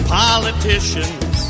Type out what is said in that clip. politicians